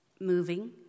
moving